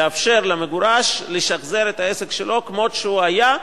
לאפשר למגורש לשחזר את העסק שלו כמות שהוא היה,